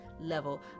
level